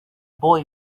boy